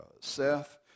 Seth